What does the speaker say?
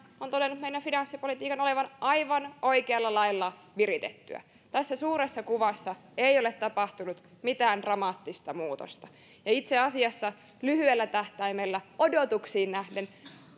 on todennut meidän finanssipolitiikkan olevan aivan oikealla lailla viritettyä tässä suuressa kuvassa ei ole tapahtunut mitään dramaattista muutosta ja itse asiassa lyhyellä tähtäimellä odotuksiin nähden